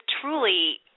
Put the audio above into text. truly